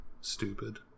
Stupid